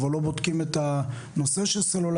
אבל לא בודקים את הנושא של סלולרי,